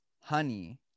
honey